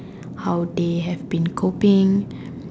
how they have been coping